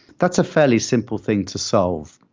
that's a fairly simple thing to solve.